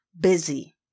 busy